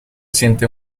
siente